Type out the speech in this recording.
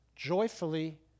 joyfully